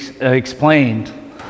explained